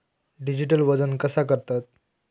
Digital वजन कसा करतत?